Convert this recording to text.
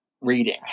reading